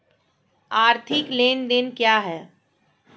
आर्थिक लेनदेन क्या है?